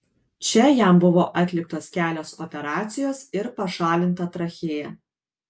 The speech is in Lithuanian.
čia jam buvo atliktos kelios operacijos ir pašalinta trachėja